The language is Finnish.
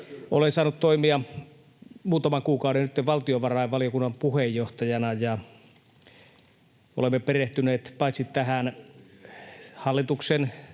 Olen saanut toimia muutaman kuukauden nytten valtiovarainvaliokunnan puheenjohtajana, ja olemme perehtyneet paitsi tähän hallituksen